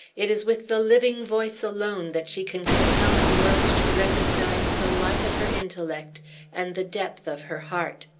it is with the living voice alone that she can compel the world to recognize the light of her intellect and the depth of her heart!